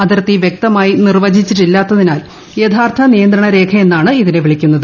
അതിർത്തി വൃക്തമായി നിർവചിച്ചിട്ടില്ലാത്തതിനാൽ യഥാർത്ഥ നിയന്ത്രണ രേഖയെന്നാണ് ഇതിനെ വിളിക്കുന്നത്